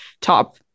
top